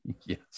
Yes